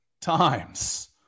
times